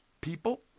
people